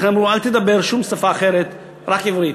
לכן הם אמרו, אל תדבר שום שפה אחרת, רק עברית.